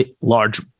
large